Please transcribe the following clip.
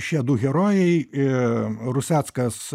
šie du herojai i ruseckas